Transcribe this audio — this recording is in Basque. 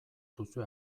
duzue